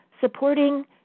supporting